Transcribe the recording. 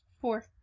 Four